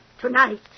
Tonight